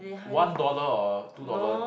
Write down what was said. one dollar or two dollar